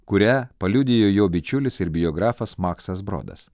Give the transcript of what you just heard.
kurią paliudijo jo bičiulis ir biografas maksas brodas